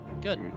good